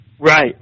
right